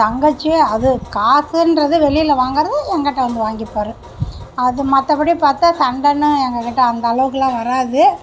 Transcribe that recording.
தங்கச்சி அது காசுன்றது வெளியில் வாங்குறத என்கிட்ட வந்து வாங்கிப்பார் அது மற்றபடி பார்த்தா சண்டைன்னு எங்க கிட்டே அந்தளவுக்கெல்லாம் வராது